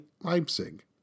Leipzig